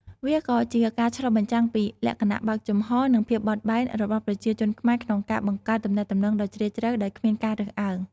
វាក៏ជាការឆ្លុះបញ្ចាំងពីលក្ខណៈបើកចំហរនិងភាពបត់បែនរបស់ប្រជាជនខ្មែរក្នុងការបង្កើតទំនាក់ទំនងដ៏ជ្រាលជ្រៅដោយគ្មានការរើសអើង។